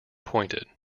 pointed